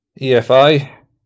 EFI